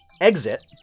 exit